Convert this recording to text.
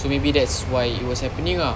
so maybe that's why it was happening ah